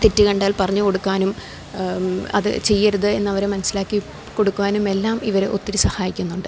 തെറ്റു കണ്ടാൽ പറഞ്ഞു കൊടുക്കാനും അതു ചെയ്യരുത് എന്നവരെ മനസ്സിലാക്കിക്കൊടുക്കുവാനും എല്ലാം ഇവര് ഒത്തിരി സഹായിക്കുന്നുണ്ട്